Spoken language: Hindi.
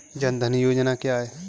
जनधन योजना क्या है?